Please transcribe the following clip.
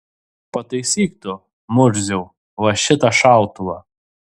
pataisyk tu murziau va šitą šautuvą